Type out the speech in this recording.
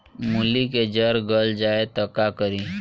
मूली के जर गल जाए त का करी?